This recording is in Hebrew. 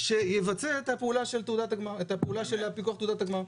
שיבצע את הפעולה של פיקוח תעודת הגמר,